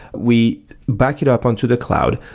we back it up onto the cloud,